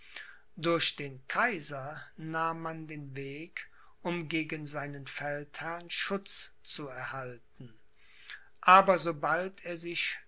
durch den kaiser nahm man den weg um gegen seinen feldherrn schutz zu erhalten aber sobald er sich